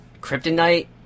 kryptonite